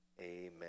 amen